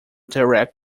direct